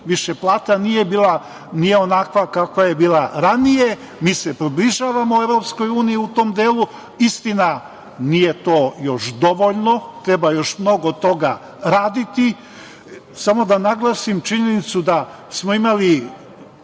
Više plata nije onakva kakva je bila ranije, mi se približavamo EU u tom delu. Istina, nije to još dovoljno, treba još mnogo toga raditi. Samo da naglasim činjenicu da smo imali